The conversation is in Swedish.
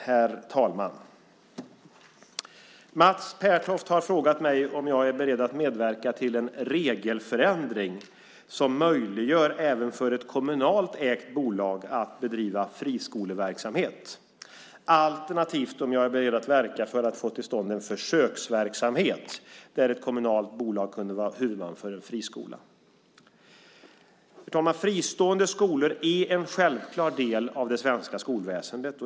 Herr talman! Mats Pertoft har frågat mig om jag är beredd att medverka till en regelförändring som möjliggör även för ett kommunalt ägt bolag att bedriva friskoleverksamhet, alternativt om jag är beredd att verka för att få till stånd en försöksverksamhet där ett kommunalt bolag kunde vara huvudman för en fristående skola. Fristående skolor är en självklar del av det svenska skolväsendet.